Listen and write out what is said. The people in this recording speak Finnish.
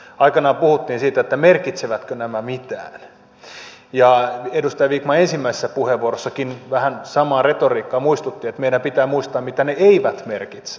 aikanaan puhuttiin siitä merkitsevätkö nämä mitään ja edustaja vikman ensimmäisessä puheenvuorossaankin vähän samaa retoriikkaa muistutti että meidän pitää muistaa mitä ne eivät merkitse